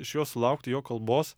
iš jo sulaukti jo kalbos